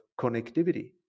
connectivity